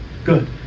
good